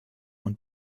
und